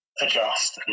adjust